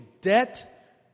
debt